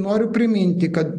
noriu priminti kad